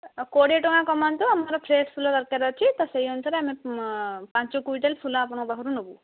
କୋଡ଼ିଏ ଟଙ୍କା କମାନ୍ତୁ ଆମର ଫ୍ରେସ୍ ଫୁଲ ଦରକାର ଅଛି ତ ସେଇ ଅନୁସାରରେ ଆମେ ପାଞ୍ଚ କୁଇଣ୍ଟାଲ ଫୁଲ ଆପଣଙ୍କ ପାଖରୁ ନେବୁ